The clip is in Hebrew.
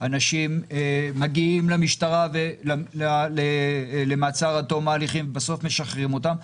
אנשים מגיעים למעצר עד תום ההליכים ובסוף משחררים אותם.